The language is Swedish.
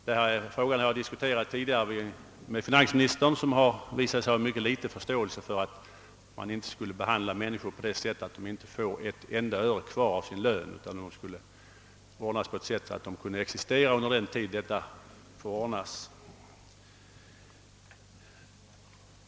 Denna fråga har jag tidigare diskuterat med finansministern, som visat sig ha mycket liten förståelse för att man skulle kunna ordna betalningen av kvarstående skatt på ett sådant sätt att människor sluppe riskera att inte få ut någonting alls av sin lön.